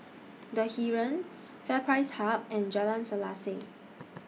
The Heeren FairPrice Hub and Jalan Selaseh